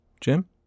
Jim